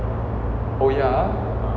oh ya ah